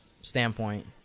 standpoint